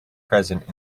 present